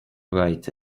write